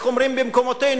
איך אומרים במקומותינו?